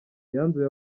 yanzuye